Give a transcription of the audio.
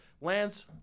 lands